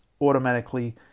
automatically